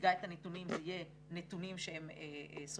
מציגה את הנתונים יהיו נתונים שהם סופיים,